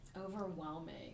overwhelming